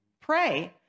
pray